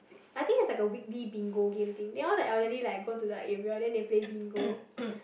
I think it's like a weekly bingo game thing then all the elderly like go to the area then they play bingo